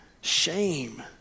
shame